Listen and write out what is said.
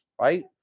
right